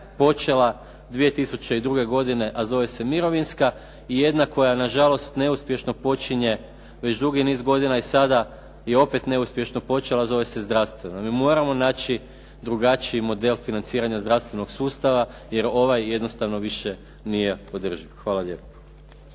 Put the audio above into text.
počela 2002. godine, a zove se mirovinska i jedna, koja nažalost neuspješno počinje već dugi niz godina i sada je opet neuspješno počela, a zove se zdravstvena. Mi moramo naći drugačiji model financiranja zdravstvenog sustava, jer ovaj jednostavno više nije održiv. Hvala lijepo.